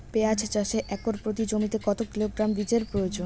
পেঁয়াজ চাষে একর প্রতি জমিতে কত কিলোগ্রাম বীজের প্রয়োজন?